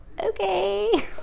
okay